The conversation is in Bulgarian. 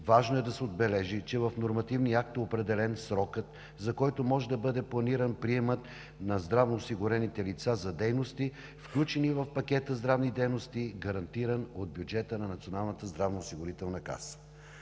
Важно е да се отбележи, че в нормативния акт е определен срокът, за който може да бъде планиран приемът на здравноосигурените лица, за дейности, включени в пакета здравни дейности, гарантиран от бюджета на Националната здравноосигурителна каса.